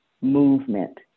movement